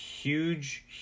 huge